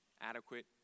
adequate